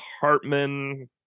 Hartman